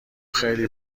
خیلی